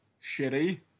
shitty